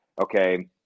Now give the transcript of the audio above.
okay